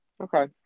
Okay